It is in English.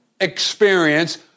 experience